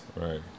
Right